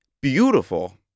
beautiful